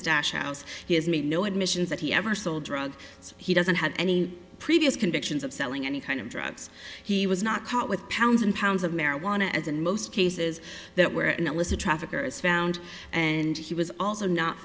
stash house he has made no admissions that he ever sold drugs so he doesn't have any previous convictions of selling any kind of drugs he was not caught with pounds and pounds of marijuana as in most cases that where it was a trafficker is found and he was also not